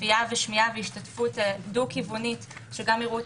צפייה והשתתפות דו כיוונית - שגם יראו את